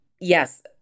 Yes